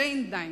שיין דאנק.